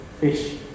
fish